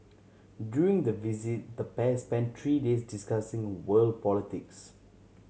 during the visit the pair spent three days discussing world politics